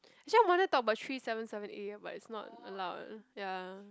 actually I wanna talk about three seven seven A ah but it's not allowed ah ya